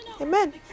amen